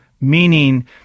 Meaning